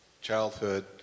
childhood